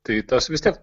tai tas vis tiek